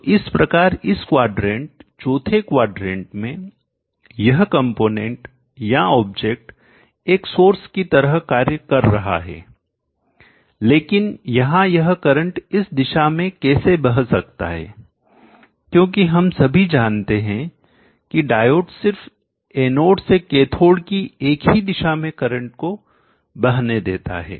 तो इस प्रकार इस क्वाड्रेंट चौथे क्वाड्रेंट में यह कंपोनेंट या ऑब्जेक्ट एक सोर्स की तरह कार्य कर रहा है लेकिन यहां यह करंट इस दिशा में कैसे बह सकता है क्योंकि हम सभी जानते हैं कि डायोड सिर्फ एनोड से कैथोड की एक ही दिशा में करंट को बहने देता है